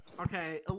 Okay